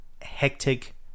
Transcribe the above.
hectic